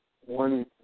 one